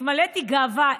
התמלאתי גאווה.